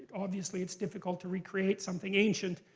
obviously it's difficult to recreate something ancient.